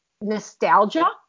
nostalgia